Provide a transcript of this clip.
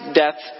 death